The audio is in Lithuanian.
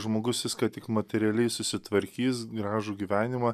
žmogus viską tik materialiai susitvarkys gražų gyvenimą